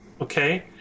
okay